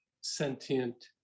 sentient